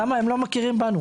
למה הם לא מכירים בנו,